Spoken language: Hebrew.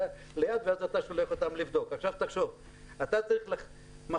אני צריך לקבל החלטה תוך 48 שעות האם